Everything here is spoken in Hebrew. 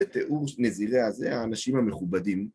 ‫בתיאור שנזירי הזה, האנשים המכובדים.